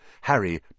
Harry